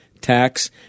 tax